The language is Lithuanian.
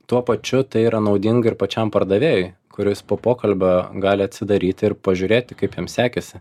tuo pačiu tai yra naudinga ir pačiam pardavėjui kuris po pokalbio gali atsidaryti ir pažiūrėti kaip jam sekėsi